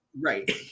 right